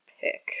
pick